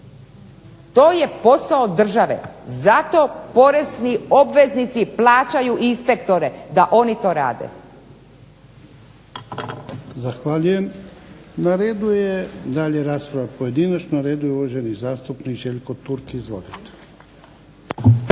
To je posao države. Zato porezni obveznici plaćaju inspektore da oni to rade. **Jarnjak, Ivan (HDZ)** Zahvaljujem. Na redu je dalje rasprava pojedinačno. Na redu je uvaženi zastupnik Željko Turk. Izvolite.